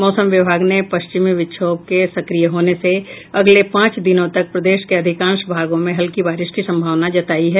मौसम विभाग ने पश्चिमी विक्षोभ के सक्रिय होने से अगले पांच दिनों तक प्रदेश के अधिकांश भागों में हल्की बारिश की संभावना जतायी है